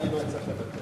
ואני לא אצטרך לוותר.